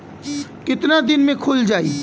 कितना दिन में खुल जाई?